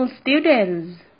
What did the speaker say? students